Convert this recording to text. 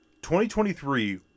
2023